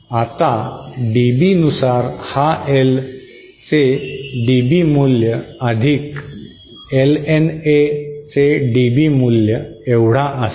आता DB नुसार हा L चे DB मूल्य अधिक LNA चे DB मूल्य एवढा असेल